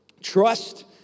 Trust